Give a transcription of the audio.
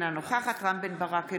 אינה נוכחת רם בן ברק,